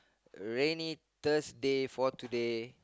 rainy Thursday for today